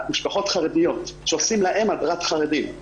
משפחות חרדיות שעושים להן הדרת חרדים.